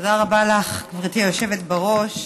תודה רבה לך, גברתי היושבת בראש.